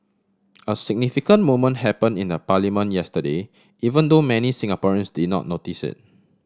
a significant moment happen in the parliament yesterday even though many Singaporeans did not notice it